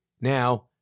now